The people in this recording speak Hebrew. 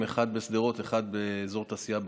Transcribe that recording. אחד בשדרות ואחד באזור התעשייה ברקן,